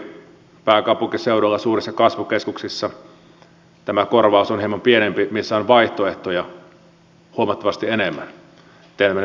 pääkaupunkiseudulla suurissa kasvukeskuksissa missä on vaihtoehtoja huomattavasti enemmän tämä korvaus on hieman pienempi ja teemme tämän vyöhykejärjestelmällä